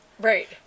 Right